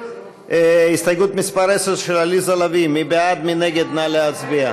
אלעזר שטרן, קבוצת סיעת מרצ וקבוצת